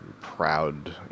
proud